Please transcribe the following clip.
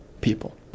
people